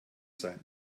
sein